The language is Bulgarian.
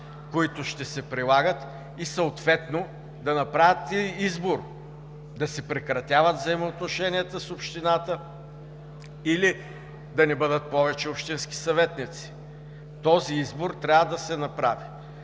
които ще се прилагат, и съответно да направят избор – да си прекратяват взаимоотношенията с общината или да не бъдат повече общински съветници. Този избор трябва да се направи!